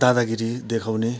दादागिरी देखाउने